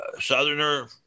southerner